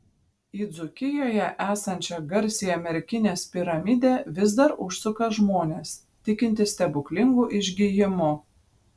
į dzūkijoje esančią garsiąją merkinės piramidę vis dar užsuka žmonės tikintys stebuklingu išgijimu